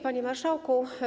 Panie Marszałku!